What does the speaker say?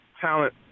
talent